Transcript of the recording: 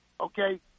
okay